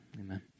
amen